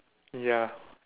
ya